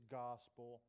gospel